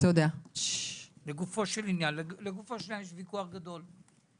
יש ויכוח גדול,